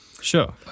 Sure